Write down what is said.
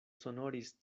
sonoris